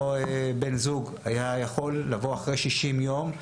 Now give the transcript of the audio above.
בן זוג היה יכול לבוא אחרי 60 ימים,